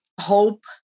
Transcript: hope